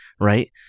Right